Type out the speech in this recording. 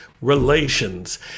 relations